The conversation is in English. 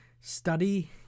Study